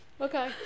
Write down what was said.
Okay